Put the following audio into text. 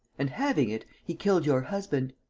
and, having it, he killed your husband.